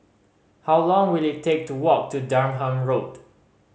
how long will it take to walk to Durham Road